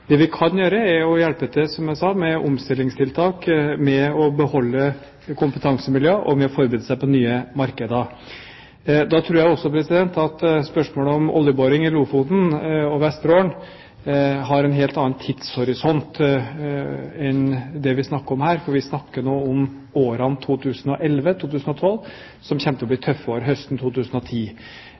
Det vi kan gjøre, er å hjelpe til, som jeg sa, med omstillingstiltak ved å beholde et kompetansemiljø og ved å forberede oss på nye markeder. Da tror jeg også at spørsmålet om oljeboring i Lofoten og Vesterålen har en helt annen tidshorisont enn det vi snakker om her. For vi snakker nå om årene 2011 og 2012, som kommer til å bli tøffe år, og høsten 2010.